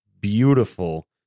beautiful